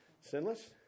Sinless